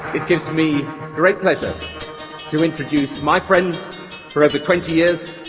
it gives me great pleasure to introduce my friend for over twenty years,